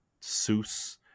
Seuss